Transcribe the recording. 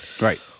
Right